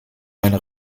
meine